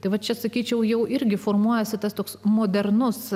tai va čia sakyčiau jau irgi formuojasi tas toks modernus